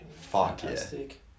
Fantastic